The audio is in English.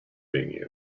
being